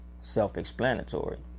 Self-explanatory